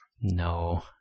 No